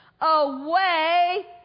away